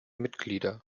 mitglieder